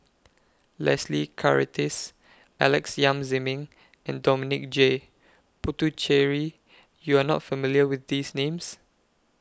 Leslie Charteris Alex Yam Ziming and Dominic J Puthucheary YOU Are not familiar with These Names